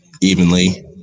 evenly